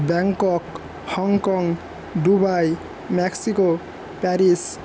Bangkok Hong Kong Dubai Mexico Paris